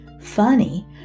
funny